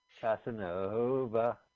Casanova